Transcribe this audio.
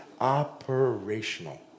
operational